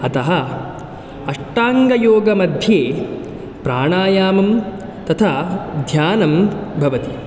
अतः अष्टाङ्गयोगमध्ये प्राणायामं तथा ध्यानं भवति